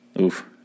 Oof